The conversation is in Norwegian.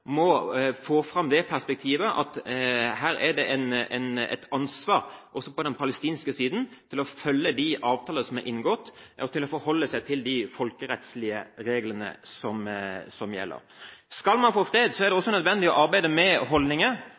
få fram det perspektivet at her har den palestinske siden også et ansvar for å følge de avtaler som er inngått, og til å forholde seg til de folkerettslige reglene som gjelder. Skal man få fred, er det også nødvendig å arbeide med holdninger.